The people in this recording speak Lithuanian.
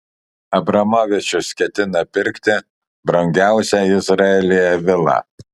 abramovičius ketina pirkti brangiausią izraelyje vilą